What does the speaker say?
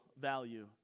value